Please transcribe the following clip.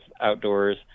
outdoors